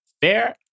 Fair